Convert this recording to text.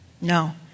No